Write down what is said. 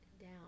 down